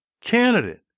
candidate